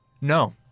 No